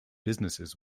businesses